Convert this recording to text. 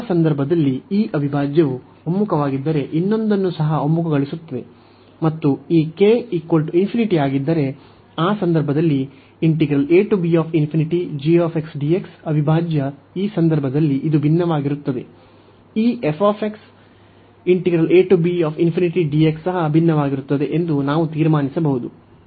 ಆ ಸಂದರ್ಭದಲ್ಲಿ ಆ ಅವಿಭಾಜ್ಯವು ಒಮ್ಮುಖವಾಗಿದ್ದರೆ ಇನ್ನೊಂದನ್ನು ಸಹ ಒಮ್ಮುಖಗೊಳಿಸುತ್ತದೆ ಮತ್ತು ಈ k ಆಗಿದ್ದರೆ ಆ ಸಂದರ್ಭದಲ್ಲಿ ಅವಿಭಾಜ್ಯ ಈ ಸಂದರ್ಭದಲ್ಲಿ ಇದು ಭಿನ್ನವಾಗಿರುತ್ತದೆ ಈ ಸಹ ಭಿನ್ನವಾಗಿರುತ್ತದೆ ಎಂದು ನಾವು ತೀರ್ಮಾನಿಸಬಹುದು